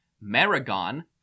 Maragon